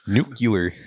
Nuclear